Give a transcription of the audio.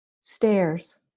stairs